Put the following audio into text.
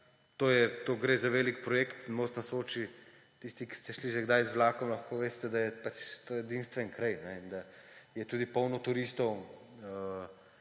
to gre za velik projekt Most na Soči, tisti ki ste šli že kdaj z vlakom, lahko veste, da je to edinstven kraj in da je tudi polno turistov